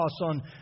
on